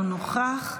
אינו נוכח.